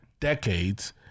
decades